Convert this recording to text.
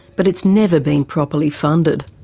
but it's never been properly funded.